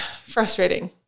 frustrating